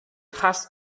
hast